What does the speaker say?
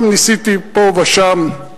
גם ניסיתי פה ושם.